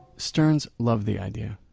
sterns love the idea,